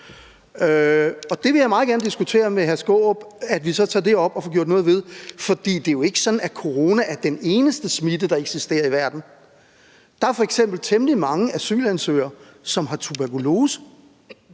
det vil jeg meget gerne diskutere med hr. Peter Skaarup, og så får vi taget det op og får gjort noget ved det, fordi det jo ikke er sådan, at corona er den eneste smitte, der eksisterer i verden. Der er f.eks. temmelig mange asylansøgere, som har tuberkulose